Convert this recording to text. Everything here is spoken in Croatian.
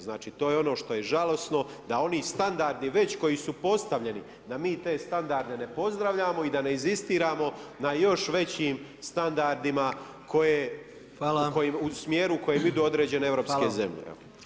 Znači to je ono što je žalosno, da oni standardi već koji su postavljeni da mi te standarde ne pozdravljamo i da ne inzistiramo na još većim standardima u smjeru u kojem idu određene europske zemlje.